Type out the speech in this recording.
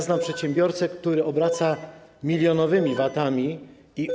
Znam przedsiębiorcę, który obraca milionowym VAT-em.